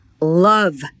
love